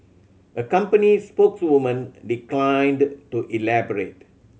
a company spokeswoman declined to elaborate